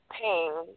pain